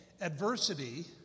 adversity